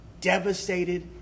Devastated